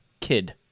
Kid